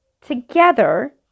together